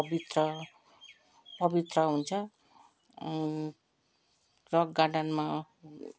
पवित्र पवित्र हुन्छ रक गार्डनमा